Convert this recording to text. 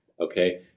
okay